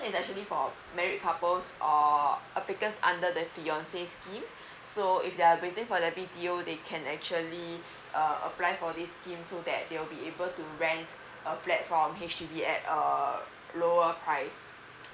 actually for married couples or applicant under the fiancé scheme so if they're waiting for the B_T_O they can actually uh apply for this scheme so that they will be able to rent a flat from H_D_B at err lower price